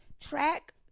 track